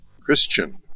Christian